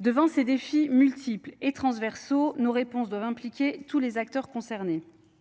devant ces défis multiples et transversaux. Nos réponses doivent impliquer tous les acteurs concernés